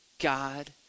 God